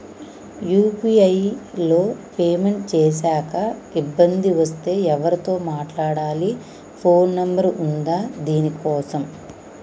UPI లో payment చేశాక ఇబ్బంది వస్తే ఎవరితో మాట్లాడాలి? ఫోన్ నంబర్ ఉందా దీనికోసం?